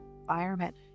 environment